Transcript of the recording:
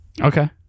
okay